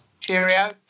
cheerio